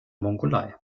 mongolei